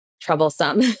troublesome